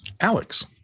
Alex